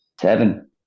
Seven